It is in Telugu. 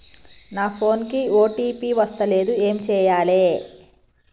నా ఫోన్ కి ఓ.టీ.పి వస్తలేదు ఏం చేయాలే?